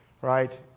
right